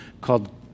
called